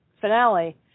finale